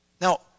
Now